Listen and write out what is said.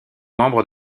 membre